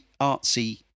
artsy